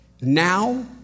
now